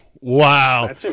Wow